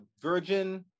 virgin